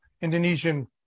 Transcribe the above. Indonesian